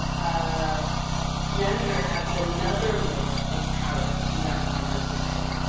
ah gender adds another layer of power to that conversation.